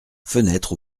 fenêtre